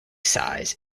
size